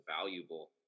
valuable